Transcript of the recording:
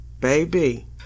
baby